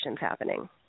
happening